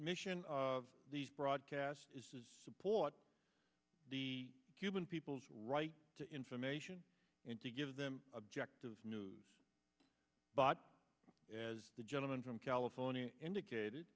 mission of these broadcasts is support the cuban people's right to information and to give them objective news but as the gentleman from california indicated